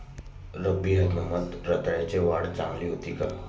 रब्बी हंगामात रताळ्याची वाढ चांगली होते का?